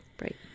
Right